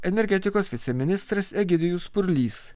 energetikos viceministras egidijus purlys